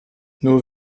nur